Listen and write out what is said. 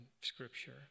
scripture